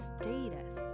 status